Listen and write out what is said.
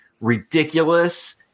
ridiculous